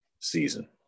season